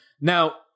Now